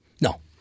No